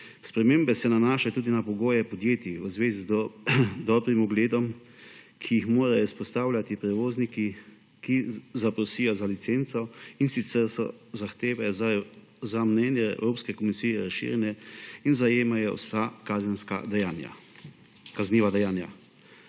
Spremembe se nanašajo tudi na pogoje podjetij v zvezi z dobrim ugledom, ki jih morajo vzpostavljati prevozniki, ki zaprosijo za licenco, in sicer so zahteve po mnenju Evropske komisije razširjene in zajemajo vsa kazniva dejanja.